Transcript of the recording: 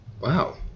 Wow